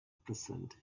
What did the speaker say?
present